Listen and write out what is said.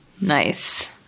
Nice